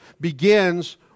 begins